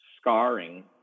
scarring